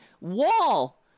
Wall